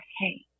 Hey